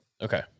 okay